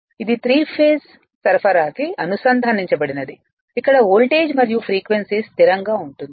ఇది three phase సరఫరా కి అనుసంధానించబడినది ఇక్కడ వోల్టేజ్ మరియు ఫ్రీక్వెన్సీ స్థిరంగా ఉంటుంది